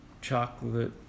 chocolate